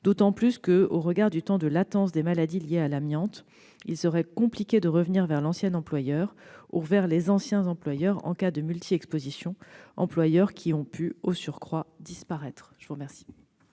d'autant que, au regard du temps de latence des maladies liées à l'amiante, il serait compliqué de revenir vers l'ancien employeur ou vers les anciens employeurs en cas de multiexposition. Au surplus, cet employeur a pu disparaître. La parole